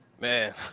Man